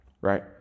right